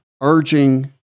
urging